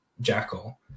Jackal